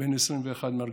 בן 21 מארגנטינה,